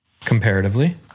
comparatively